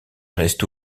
reste